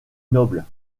noble